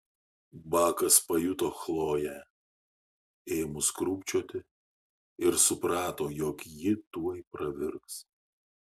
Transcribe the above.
bakas pajuto chloję ėmus krūpčioti ir suprato jog ji tuoj pravirks